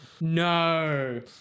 No